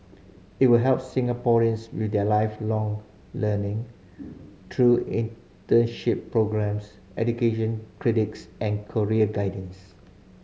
it will help Singaporeans with their Lifelong Learning through internship programmes education credits and career guidance